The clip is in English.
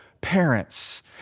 parents